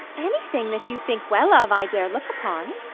any thing that you think well of, i dare look upon.